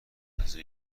اندازه